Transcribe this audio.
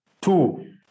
two